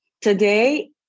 today